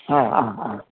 ആ ആ ആ